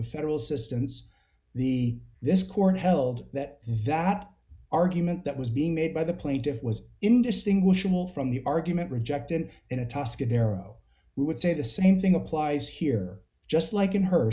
federal assistance the this court held that that argument that was being made by the plaintiffs was indistinguishable from the argument rejected in a tuscan arrow who would say the same thing applies here just like in her